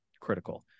critical